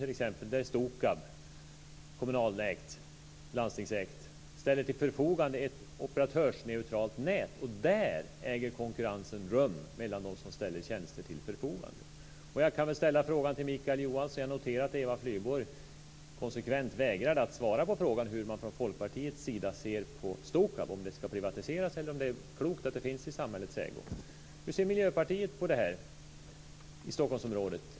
Där ställer t.ex. Stokab, kommunalägt och landstingsägt, ett operatörsneutralt nät till förfogande, och där äger konkurrensen rum mellan dem som ställer tjänster till förfogande. Jag noterade att Eva Flyborg konsekvent vägrade att svara på frågan om hur man från Folkpartiets sida ser på Stokab, om det ska privatiseras eller om det är klokt att det finns i samhällets ägo. Jag kan väl ställa den frågan till Mikael Johansson: Hur ser Miljöpartiet på det här i Stockholmsområdet?